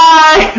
Bye